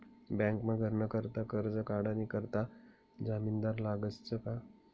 बँकमा घरनं करता करजं काढानी करता जामिनदार लागसच का